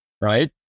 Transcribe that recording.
right